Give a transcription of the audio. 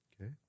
Okay